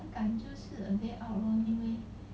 an hour